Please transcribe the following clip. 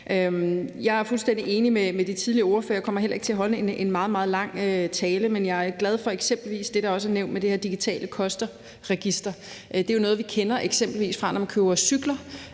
Jeg er fuldstændig enig med de tidligere ordførere, og jeg kommer heller ikke til at holde en meget, meget lang tale, men jeg er glad for eksempelvis det, der også er nævnt, med det her digitale kosterregister. Det er jo noget, vi kender, eksempelvis fra når man køber brugte